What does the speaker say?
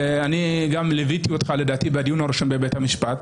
אני לדעתי גם לוויתי אותך בדיון הראשון בבית המשפט,